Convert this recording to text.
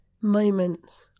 moments